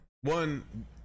One